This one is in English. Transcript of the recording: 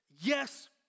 Yes